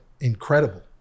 incredible